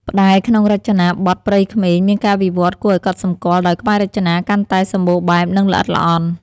ផ្តែរក្នុងរចនាបថព្រៃក្មេង មានការវិវឌ្ឍន៍គួរឱ្យកត់សម្គាល់ ដោយក្បាច់រចនាកាន់តែសម្បូរបែប និងល្អិតល្អន់។